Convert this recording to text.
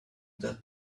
that